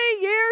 years